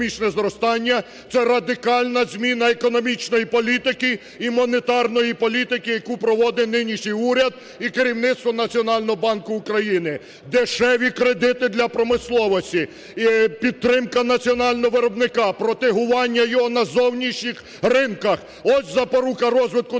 це радикальна зміна економічної політики і монетарної політики, яку проводить нинішній уряд і керівництво Національного банку України. Дешеві кредити для промисловості, підтримка національного виробника, протегування його на зовнішніх ринках, – ось запорука розвитку нашої країни,